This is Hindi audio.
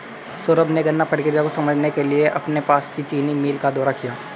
सौरभ ने गन्ना प्रक्रिया को समझने के लिए अपने पास की चीनी मिल का दौरा किया